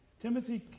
Timothy